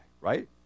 Right